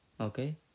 okay